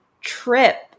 trip